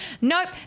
nope